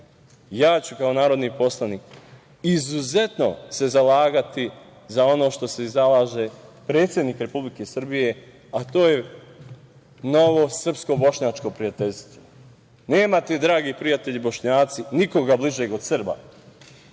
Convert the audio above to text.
ja ću kao narodni poslanik izuzetno se zalagati za ono za šta se zalaže predsednik Republike Srbije, a to je novo srpsko-bošnjačko prijateljstvo. Nemate, dragi prijatelji Bošnjaci, nikoga bližeg od Srba,